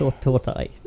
Tortoise